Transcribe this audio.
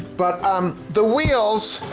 but um the wheels,